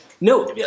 no